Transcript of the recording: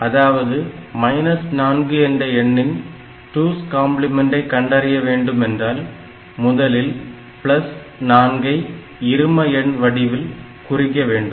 அதாவது 4 என்ற எண்ணின் 2's காம்ப்ளிமென்டை கண்டறிய வேண்டும் என்றால் முதலில் 4 ஐ இரும எண் வடிவில் குறிக்க வேண்டும்